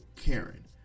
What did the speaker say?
Karen